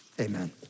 amen